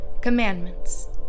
commandments